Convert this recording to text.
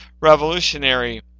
revolutionary